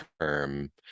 term